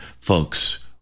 folks